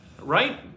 Right